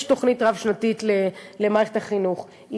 יש תוכנית רב-שנתית למערכת החינוך,